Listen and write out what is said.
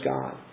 God